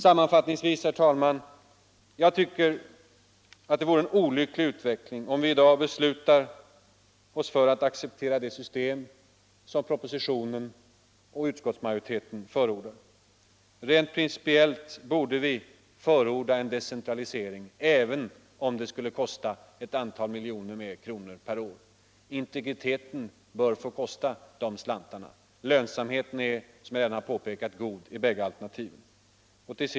Sammanfattningsvis, herr talman: Jag tycker att det vore en olycklig utveckling, om vi i dag beslutade oss för att acceptera det system som föreslås i propositionen och som utskottsmajoriteten tillstyrker. Rent principiellt borde vi förorda en decentralisering, även om den skulle kosta ett antal miljoner kronor mer per år. Integriteten bör få kosta de slantarna. Lönsamheten är, som jag redan har påpekat, god i bägge alternativen.